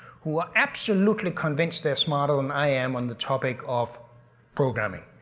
who are absolutely convinced they're smarter than i am on the topic of programming.